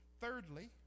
Thirdly